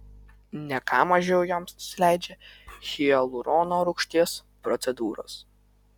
ne ką mažiau joms nusileidžia hialurono rūgšties procedūros